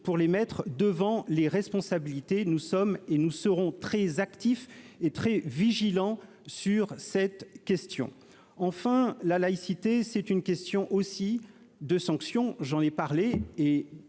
pour les mettre devant les responsabilités, nous sommes et nous serons très actif et très vigilant sur cette question, enfin, la laïcité, c'est une question aussi de sanctions, j'en ai parlé